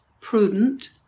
prudent